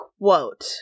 quote